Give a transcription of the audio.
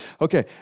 Okay